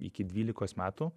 iki dvylikos metų